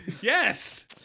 Yes